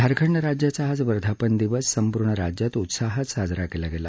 झारखंड राज्याचा आज वर्धापन दिवस संपूर्ण राज्यात उत्साहात साजरा केला गेला